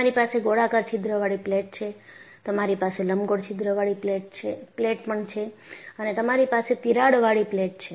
તમારી પાસે ગોળાકાર છિદ્રવાળી પ્લેટ છે તમારી પાસે લંબગોળ છિદ્રવાળી પ્લેટ પણ છે અને તમારી પાસે તિરાડવાળી પ્લેટ છે